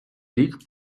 рік